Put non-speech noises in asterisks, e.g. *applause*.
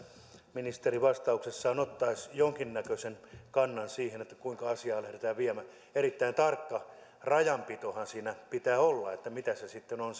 ministeri vastauksessaan ottaisi jonkinnäköisen kannan siihen kuinka asiaa lähdetään viemään erittäin tarkka rajanpitohan siinä pitää olla että mitä se aktiivisuus sitten on *unintelligible*